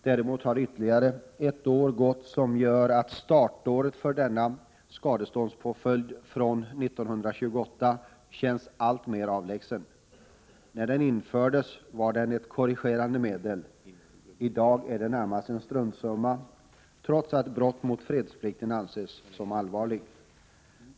Däremot har ytterligare ett år gått, som gör att startåret för denna skadeståndspåföljd från 1928 känns alltmer avlägset. När den infördes var den ett korrigerande medel. I dag är det närmast en struntsumma, trots att brott mot fredsplikten anses som allvarligt.